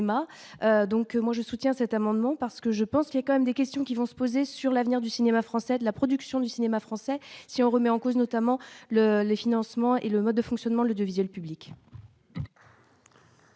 donc moi je soutiens cet amendement parce que je pense qu'il y a quand même des questions qui vont se poser sur l'avenir du cinéma français de la production du cinéma français, si on remet en cause notamment le le financement et le mode de fonctionnement, le public.